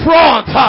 front